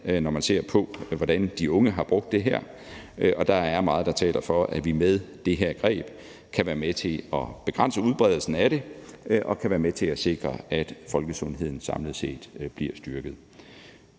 der har været af, hvordan de unge har brugt det her, og der er meget, der taler for, at vi med det her greb kan være med til at begrænse udbredelsen af dem og kan være med til at sikre, at folkesundheden samlet set bliver styrket.